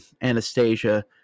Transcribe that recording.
Anastasia